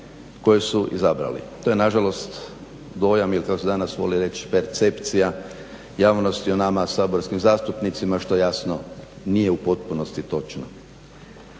koje su izabrali. To je nažalost dojam ili kako se danas voli reći percepcija javnosti o nama saborskim zastupnicima što jasno nije u potpunosti točno.